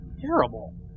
terrible